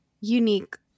unique